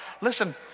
listen